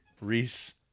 Reese